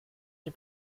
die